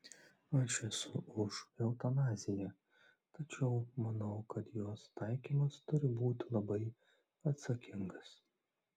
aš esu už eutanaziją tačiau manau kad jos taikymas turi būti labai atsakingas